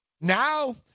Now